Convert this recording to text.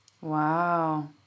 Wow